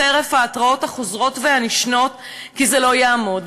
חרף ההתרעות החוזרות והנשנות שזה לא יעמוד,